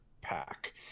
pack